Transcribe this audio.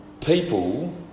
people